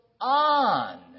on